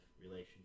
relationship